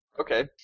Okay